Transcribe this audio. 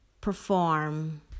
perform